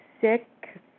sick